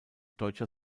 deutscher